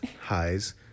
highs